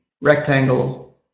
rectangle